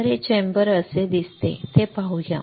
तर हे चेंबर कसे दिसते ते पाहूया